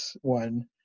one